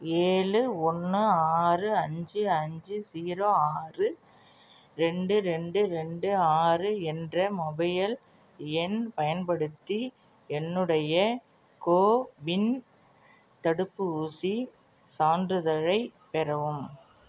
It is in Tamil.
ஏழு ஒன்று ஆறு அஞ்சு அஞ்சு ஸீரோ ஆறு ரெண்டு ரெண்டு ரெண்டு ஆறு என்ற மொபைல் எண் பயன்படுத்தி என்னுடைய கோவின் தடுப்பு ஊசி சான்றிதழைப் பெறவும்